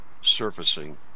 surfacing